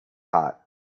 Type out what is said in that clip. hot